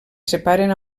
separen